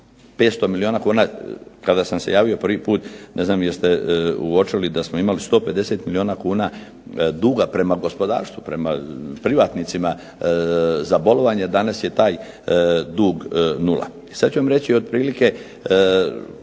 500 milijuna kuna. Kada sam se javio prvi put ne znam jeste uočili da smo imali 150 milijuna kuna duga prema gospodarstvu, prema privatnicima za bolovanje. Danas je taj dug 0. Sad ću vam reći otprilike,